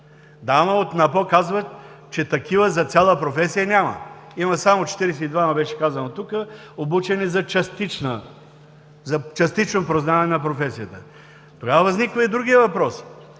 Да, но от НАПОО казват, че такива за цяла професия няма. Има само 42-ма, беше казано тук, обучени за частично познаване на професията. Тогава възниква и другият въпрос: